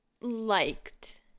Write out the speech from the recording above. liked